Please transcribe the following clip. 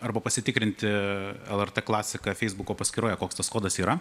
arba pasitikrinti lrt klasika feisbuko paskyroje koks tas kodas yra